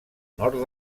nord